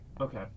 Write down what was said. Okay